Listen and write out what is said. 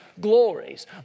glories